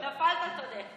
נפלת, תודה.